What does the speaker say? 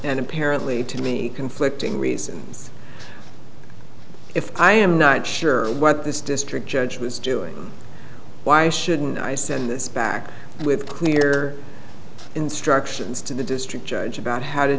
and apparently to me conflicting reasons if i am not sure what this district judge was doing why shouldn't i send this back with clear instructions to the district judge about how to